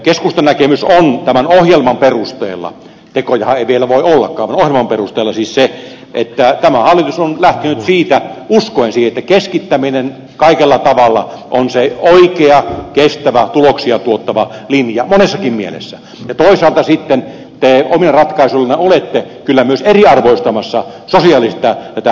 keskustan näkemys on tämän ohjelman perusteella tekojahan ei vielä voi ollakaan mutta ohjelman perusteella siis se että tämä hallitus on lähtenyt uskoen siihen että keskittäminen kaikella tavalla on se oikea kestävä tuloksia tuottava linja monessakin mielessä ja toisaalta sitten te omilla ratkaisuillanne olette kyllä myös eriarvoistamassa sosiaalisesti tätä yhteiskuntaa